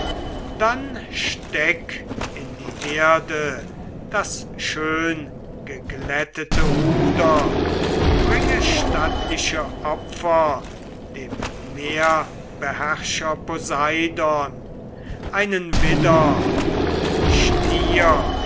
dann steck in die erde das schöngeglättete ruder bringe stattliche opfer dem meerbeherrscher poseidon einen widder und stier